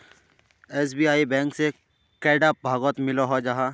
SBI bank से कैडा भागोत मिलोहो जाहा?